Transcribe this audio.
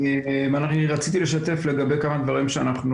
רציתי לשתף לגבי כמה דברים שאנחנו